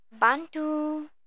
Bantu